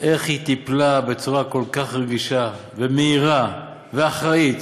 על איך שהיא טיפלה בצורה כל כך רגישה ומהירה ואחראית